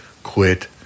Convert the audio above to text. quit